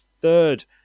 third